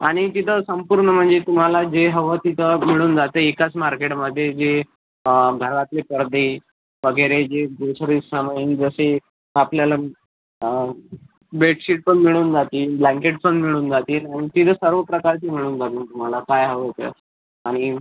आणि तिथं संपूर्ण म्हणजे तुम्हाला जे हवं तिथं मिळून जाते एकाच मार्केटमध्ये जे घरातले पडदे वगैरे जे दुसरे सामान जसे आपल्याला बेडशीट पण मिळून जातील ब्लँकेट्स पण मिळून जातील तिथं सर्व प्रकारची मिळून जातील तुम्हाला काय हवं आहे ते आणि